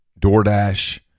DoorDash